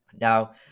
Now